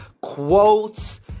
quotes